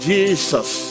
Jesus